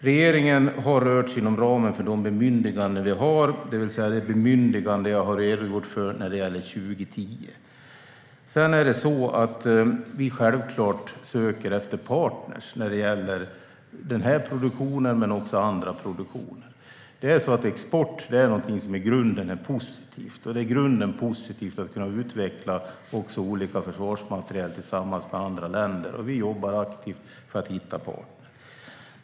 Regeringen har rört sig inom ramen för de bemyndiganden vi har, det vill säga det bemyndigande jag har redogjort för när det gäller 2010. Sedan är det självklart så att vi söker efter partner när det gäller både den här produktionen och andra produktioner. Export är i grunden något positivt. Det är i grunden positivt att kunna utveckla olika typer av försvarsmateriel tillsammans med andra länder. Vi jobbar aktivt för att hitta partner.